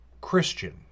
Christian